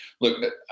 look